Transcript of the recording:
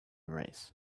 race